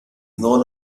known